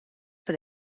per